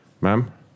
Ma'am